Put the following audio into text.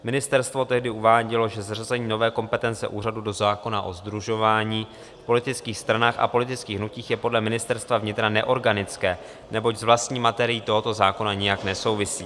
Ministerstvo tehdy uvádělo, že zařazení nové kompetence úřadu do zákona o sdružování v politických stranách a politických hnutích je podle Ministerstva vnitra neorganické, neboť s vlastní materií tohoto zákona nijak nesouvisí.